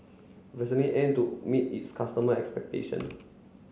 Vaselin aim to meet its customer expectation